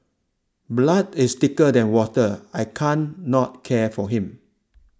blood is thicker than water I can't not care for him